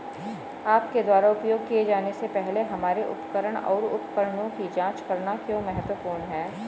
आपके द्वारा उपयोग किए जाने से पहले हमारे उपकरण और उपकरणों की जांच करना क्यों महत्वपूर्ण है?